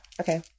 Okay